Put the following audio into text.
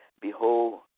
Behold